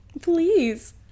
Please